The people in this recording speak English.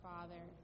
Father